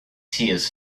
tears